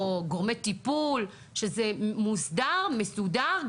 או גורמי טיפול שזה יהיה מוסדר ומסודר,